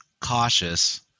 cautious